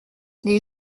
les